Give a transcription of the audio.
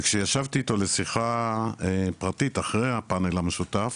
וכשישבתי איתו לשיחה פרטית אחרי הפאנל המשותף,